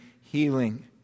healing